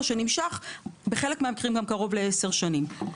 שנמשך בחלק מהמקרים גם קרוב לעשר שנים.